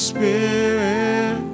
Spirit